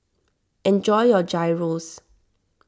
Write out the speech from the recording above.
enjoy your Gyros